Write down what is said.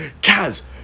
Kaz